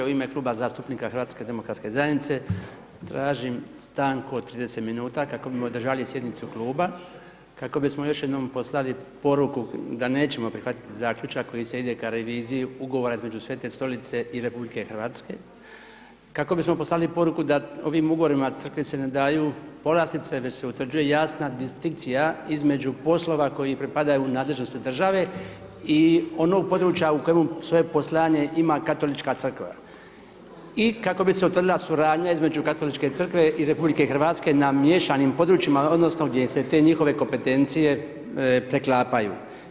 U ime Kluba zastupnika HDZ-a tražim stanku od 30 minuta kako bi održali sjednicu Kluba, kako bismo još jednom poslali poruku da nećemo prihvatiti Zaključak kojim se ide ka reviziji ugovora između Svete Stolice i Republike Hrvatske, kako bismo poslali poruku da ovim ugovorima Crkvi se ne daju povlastice, već se utvrđuje jasna distinkcija između poslova koji pripadaju u nadležnosti države, i onog područja u kojemu svoje poslanje ima Katolička crkva, i kako bi se utvrdila suradnja između Katoličke crkve i Republike Hrvatske na miješanim područjima odnosno gdje se te njihove kompetencije preklapaju.